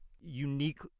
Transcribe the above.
unique